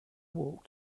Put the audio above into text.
walk